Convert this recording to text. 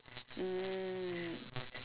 mm